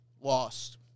Lost